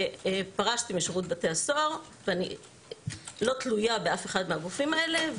פרשתי משירות בתי הסוהר ואני לא תלויה באף אחד מהגופים האלה,